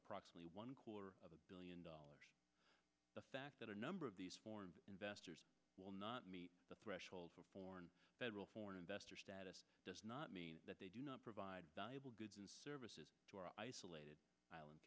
approximately one quarter of a billion dollars the fact that a number of these foreign investors will not meet the threshold for federal foreign investor status does not mean that they do not provide valuable goods and services to our isolated